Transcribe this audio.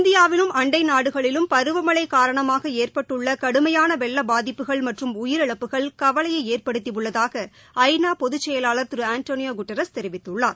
இந்தியாவிலும் அண்டைநாடுகளிலும் பருவமழைகாரணமாகஏற்பட்டுள்ளகடுமையானவெள்ளபாதிப்புகள் மற்றும் உயிரிழப்புகள் கவலையைஏற்படுத்தியுள்ளதாக ஐ நா பொதுச்செயலாளர் திருஆண்டனியோகுட்டாரஸ் தெரிவித்துள்ளார்